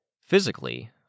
Physically